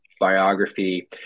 biography